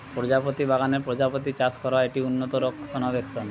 প্রজাপতি বাগানে প্রজাপতি চাষ করা হয়, এটি উন্নত রক্ষণাবেক্ষণ